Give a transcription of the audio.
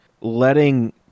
letting